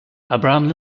abraham